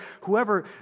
whoever